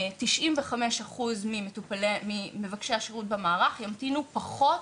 95 אחוזים ממבקשי השירות במערך ימתינו פחות